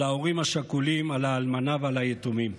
על ההורים השכולים, על האלמנה ועל היתומים.